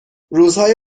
روزهای